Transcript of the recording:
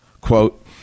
quote